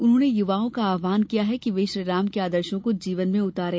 उन्होंने युवाओं का आव्हान किया कि वे श्रीराम के आदर्शो को जीवन में उतारे